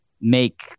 make